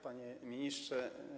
Panie Ministrze!